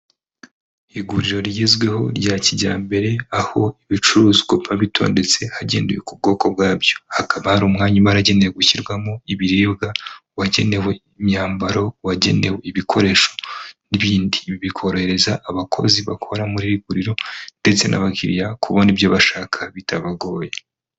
Iguriro rigezweho rya kijyambere aho ibicuruzwa biba ndetse hagendewe ku bwoko bwabyo. Hakaba hari umwanya uba waragenewe gushyirwamo ibiribwa, uwagenewe imyambaro, uwagenewe ibikoresho, n'ibindi. Ibi bikorohereza abakozi bakora muri iri guriro ndetse n'abakiriya kubona ibyo bashaka bitabagoye.